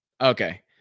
okay